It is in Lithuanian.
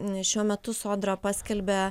šiuo metu sodra paskelbia